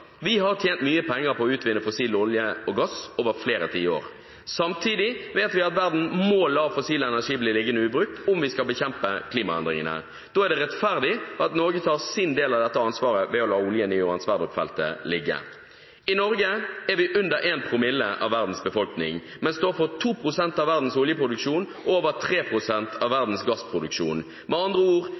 Vi har tjent mye penger på å utvinne fossil olje og gass over flere tiår. Samtidig vet vi at verden må la fossil energi bli liggende ubrukt om vi skal bekjempe klimaendringene. Da er det rettferdig at Norge tar sin del av dette ansvaret ved å la oljen i Johan Sverdrup-feltet ligge. I Norge er vi under en promille av verdens befolkning, men står for 2 pst. av verdens oljeproduksjon og over 3 pst. av verdens gassproduksjon. Med andre ord